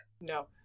No